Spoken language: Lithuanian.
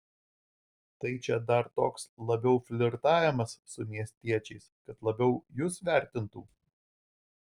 tai čia dar toks labiau flirtavimas su miestiečiais kad labiau jus vertintų